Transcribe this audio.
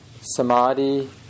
samadhi